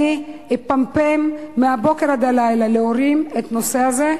אני אפמפם מהבוקר עד הלילה להורים את הנושא הזה,